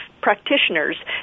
practitioners